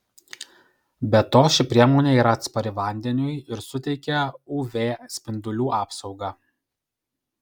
be to ši priemonė yra atspari vandeniui ir suteikia uv spindulių apsaugą